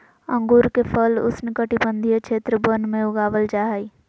अंगूर के फल उष्णकटिबंधीय क्षेत्र वन में उगाबल जा हइ